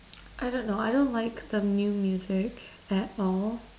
I don't know I don't like the new music at all